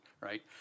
right